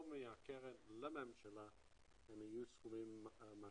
מהקרן לממשלה יהיו סכומים משמעותיים.